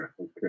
okay